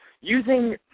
using